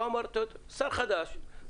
שר חדש שביקש,